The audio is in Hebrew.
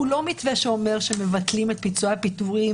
הוא לא מתווה שאומר שמבטלים את פיצויי הפיטורים